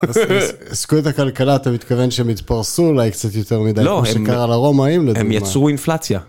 ריסקו את הכלכלה, אתה מתכוון שהם התפרסו אולי קצת יותר מדי כמו שקרה לרומאים לדוגמה. הם יצרו אינפלציה.